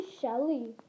Shelly